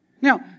Now